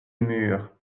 mûr